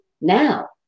now